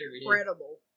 incredible